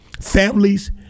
Families